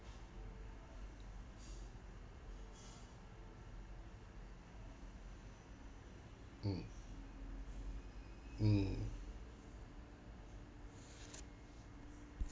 mm mm